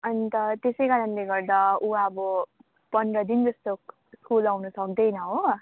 अन्त त्यसैकारणले गर्दा ऊ अब पन्ध्र दिन जस्तो स्कुल आउनु सक्दैन हो